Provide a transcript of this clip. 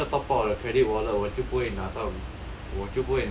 如果我没有 top up 我的 credit wallet 我就不会拿到